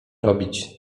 robić